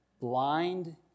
blind